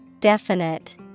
Definite